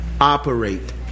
operate